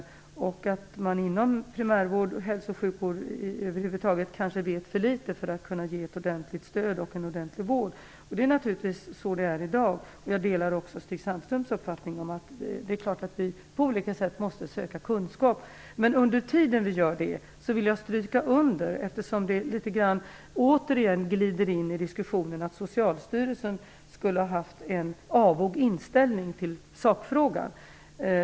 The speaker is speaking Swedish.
Han sade att man inom hälso och sjukvården kanske vet för litet för att kunna ge ett ordentligt stöd och en ordentlig vård. Det är så i dag. Jag delar Stig Sandströms uppfattning att vi på olika sätt måste söka kunskap. Men under tiden vi gör det vill jag stryka under en sak. Återigen glider det in i diskussionen att Socialstyrelsen skulle ha haft en avog inställning i sakfrågan.